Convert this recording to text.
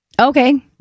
Okay